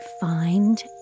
find